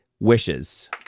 wishes